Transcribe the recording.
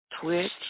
Twitch